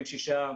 נופים 6 נפטרים,